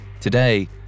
Today